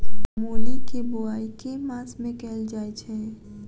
मूली केँ बोआई केँ मास मे कैल जाएँ छैय?